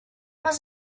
must